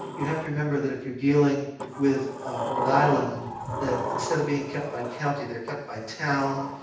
you have to remember that if you're dealing with rhode island that instead of being kept by county, they are kept by town.